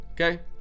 Okay